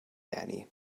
eni